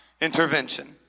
intervention